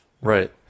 Right